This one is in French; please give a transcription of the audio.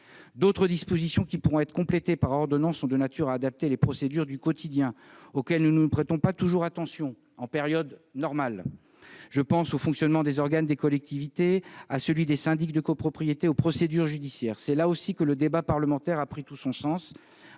D'autres dispositions, qui pourront être complétées par ordonnance, sont de nature à adapter les procédures du quotidien, auxquelles nous ne prêtons pas toujours attention en période normale : je pense au fonctionnement des organes des collectivités territoriales, à celui des syndics de copropriété, aux procédures judiciaires. C'est là aussi que le débat parlementaire a pris tout son sens